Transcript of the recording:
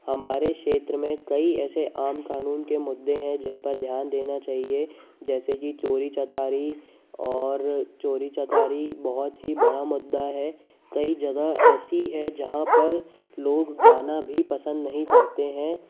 हमारे क्षेत्र मे कई ऐसे आम कानून के मुद्दे हैं जिन पर ध्यान देना चाहिए जैसे कि चोरी चकारी और चोरी चकारी बहुत ही बड़ा मुद्दा है कई जगह ऐसी है जहाँ पर लोग जाना भी पसंद नहीं करते हैं